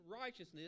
righteousness